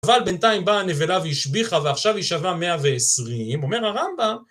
אבל בינתיים באה הנבלה והשביחה ועכשיו היא שווה 120, אומר הרמב״ם.